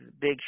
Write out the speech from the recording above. Big